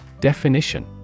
Definition